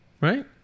Right